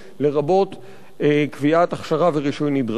לרבות קביעת הכשרה ורישוי נדרשים.